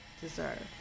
deserve